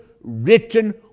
written